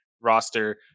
roster